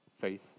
faith